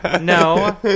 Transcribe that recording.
No